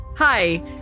Hi